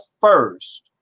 first